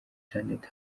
janet